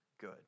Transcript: good